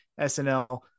SNL